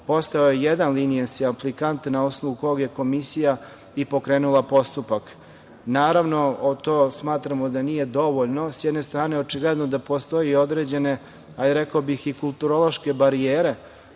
postojao je jedan "leniency" aplikant na osnovu kog je Komisija i pokrenula postupak. Naravno, to smatramo da nije dovoljno. S jedne strane, očigledno da postoje određene, rekao bih, i kulturološke barijere